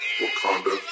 Wakanda